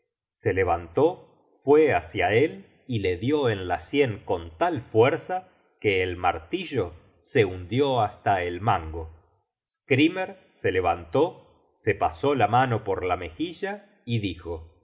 se levantó fue hácia él y le dió en la sien con tal fuerza que el martillo se hundió hasta el mango skrymer se levantó se pasó la mano por la mejilla y dijo